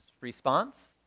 response